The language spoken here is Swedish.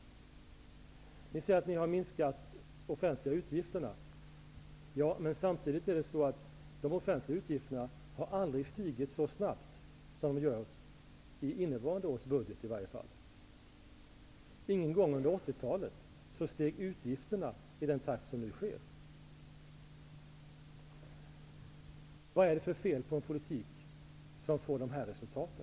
Ni säger att ni har minskat de offentliga utgifterna. Ja, men samtidigt är det så, att de offentliga utgifterna aldrig har stigit så snabbt som de i varje fall gör i innevarande års budget. Inte någon gång under 80-talet steg utgifterna i den takt som de nu gör. Vad är det för fel på en politik som får de här resultaten?